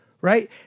right